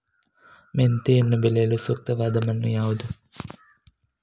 ಮೆಂತೆಯನ್ನು ಬೆಳೆಯಲು ಸೂಕ್ತವಾದ ಮಣ್ಣು ಯಾವುದು?